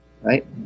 right